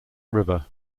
river